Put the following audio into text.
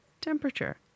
temperature